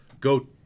Go